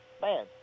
man